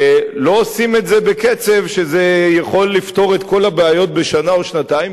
לא עושים את זה בקצב שיכול לפתור את כל הבעיות בשנה או שנתיים,